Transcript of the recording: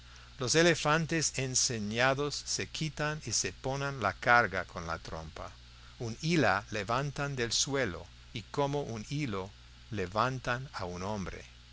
los elefantes enseñados se quitan y se ponen la carga con la trompa un hilo levantan del suelo y como un hilo levantan a un hombre